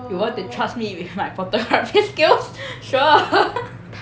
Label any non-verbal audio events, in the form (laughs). you want to trust me with my photography skills sure (laughs)